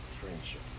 friendship